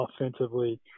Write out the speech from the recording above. offensively